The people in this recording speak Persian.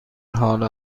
حال